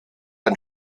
ein